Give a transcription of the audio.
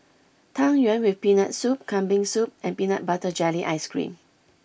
Tang Yuen with Peanut Soup Kambing Soup and Peanut butter Jelly Ice Cream